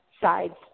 sides